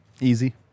Easy